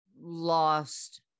lost